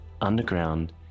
Underground